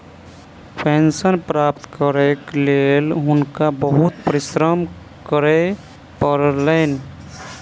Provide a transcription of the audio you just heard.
pension प्राप्त करैक लेल हुनका बहुत परिश्रम करय पड़लैन